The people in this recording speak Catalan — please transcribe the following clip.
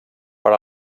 per